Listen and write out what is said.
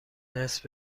نصف